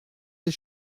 des